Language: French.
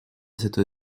cette